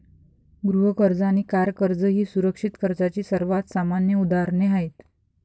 गृह कर्ज आणि कार कर्ज ही सुरक्षित कर्जाची सर्वात सामान्य उदाहरणे आहेत